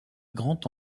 grande